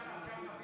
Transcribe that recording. ביטן, ככה?